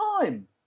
time